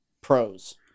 pros